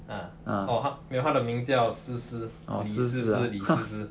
ah orh 她的名叫 sisi lee sisi